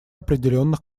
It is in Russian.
определенных